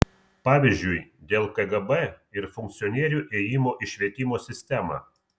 pavyzdžiui dėl kgb ir funkcionierių ėjimo į švietimo sistemą